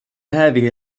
هذه